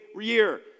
year